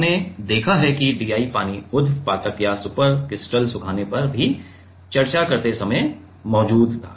आपने देखा है कि DI पानी ऊध्र्वपातक या सुपर क्रिटिकल सुखाने पर भी चर्चा करते समय मौजूद था